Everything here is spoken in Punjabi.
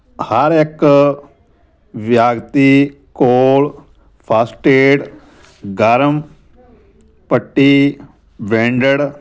ਹਰ ਇੱਕ ਵਿਅਕਤੀ ਕੋਲ ਫਸਟ ਏਡ ਗਰਮ ਪੱਟੀ ਵੈਂਡੜ